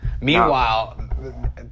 Meanwhile